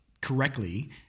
correctly